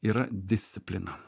yra disciplina